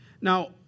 Now